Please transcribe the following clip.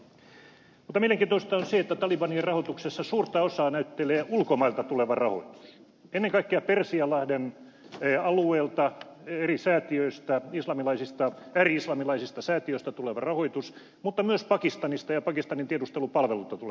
mutta mielenkiintoista on se että talebanien rahoituksessa suurta osaa näyttelee ulkomailta tuleva rahoitus ennen kaikkea persianlahden alueelta eri säätiöistä ääri islamilaisista säätiöistä tuleva rahoitus mutta myös pakistanista ja pakistanin tiedustelupalvelulta tuleva rahoitus